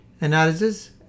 Analysis